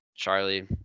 Charlie